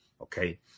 Okay